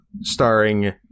Starring